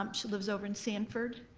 um she lives over in sanford